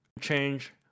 change